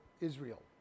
Israel